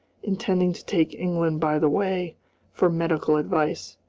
intending to take england by the way for medical advice.